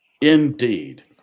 Indeed